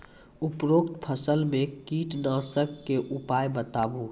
उपरोक्त फसल मे कीटक उपाय बताऊ?